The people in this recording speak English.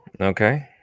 Okay